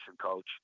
Coach